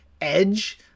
edge